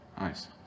nice